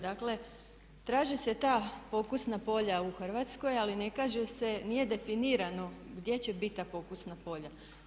Dakle, traže se ta pokusna polja u Hrvatskoj, ali ne kaže se, nije definirano gdje će bit ta pokusna polja.